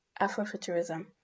Afrofuturism